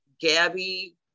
gabby